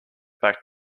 back